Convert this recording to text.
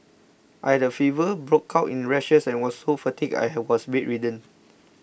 I had a fever broke out in rashes and was so fatigued I was bedridden